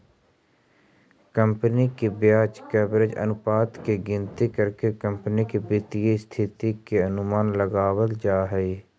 company के ब्याज coverage अनुपात के गिनती करके कंपनी के वित्तीय स्थिति के अनुमान लगावल जा हई